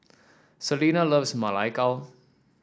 Selena loves Ma Lai Gao